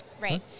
Right